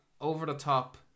over-the-top